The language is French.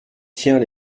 tient